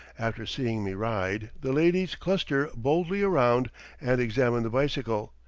after seeing me ride, the ladies cluster boldly around and examine the bicycle,